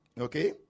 Okay